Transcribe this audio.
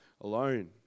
alone